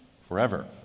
forever